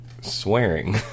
swearing